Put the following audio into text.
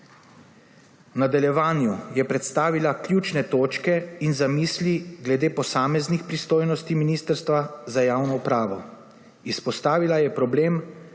nadaljevanju je predstavila ključne točke in zamisli glede posameznih pristojnosti Ministrstva za javno upravo. Izpostavila je problem